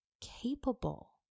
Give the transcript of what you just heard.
capable